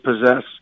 possess